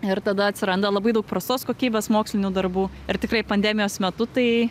ir tada atsiranda labai daug prastos kokybės mokslinių darbų ir tikrai pandemijos metu tai